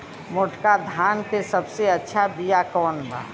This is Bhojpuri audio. मोटका धान के सबसे अच्छा बिया कवन बा?